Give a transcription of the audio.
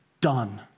done